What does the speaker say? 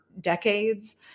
decades